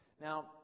Now